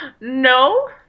no